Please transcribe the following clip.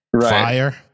Fire